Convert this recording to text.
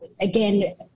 again